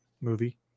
movie